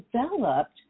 developed